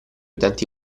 utenti